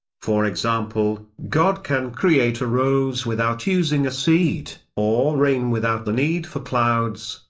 for example, god can create a rose without using a seed, or rain without the need for clouds,